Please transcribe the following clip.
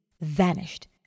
vanished